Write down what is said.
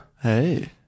Hey